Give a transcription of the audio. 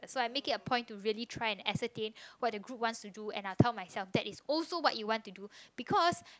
so I make it a point to really try and ascertain what the group wants to do and I'll tell myself that is also what you want to do because